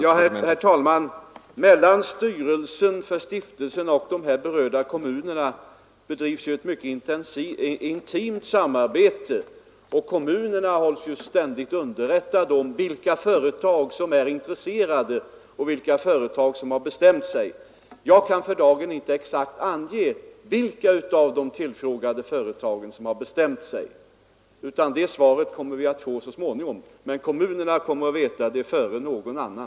Herr talman! Stiftelsens styrelse och de berörda kommunerna har ett mycket intimt samarbete. Kommunerna hålls ständigt underrättade om vilka företag som är intresserade och vilka som har bestämt sig. Jag kan för dagen inte exakt ange vilka av de tillfrågade företagen som har bestämt sig. Det svaret får vi så småningom, men kommunerna kommer att få veta det före någon annan.